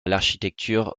l’architecture